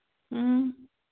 ꯎꯝ